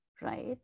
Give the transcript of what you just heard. right